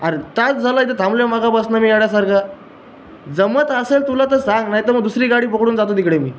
अरे तास झाला इथं थांबलो आहे मघापासून मी वेड्यासारखा जमत असेल तुला तर सांग नाही तर मग दुसरी गाडी पकडून जातो तिकडे मी